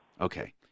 Okay